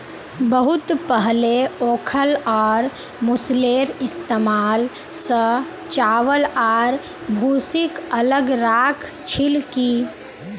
बहुत पहले ओखल और मूसलेर इस्तमाल स चावल आर भूसीक अलग राख छिल की